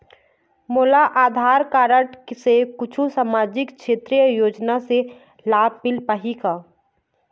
मोला आधार कारड से कुछू सामाजिक क्षेत्रीय योजना के लाभ मिल पाही का?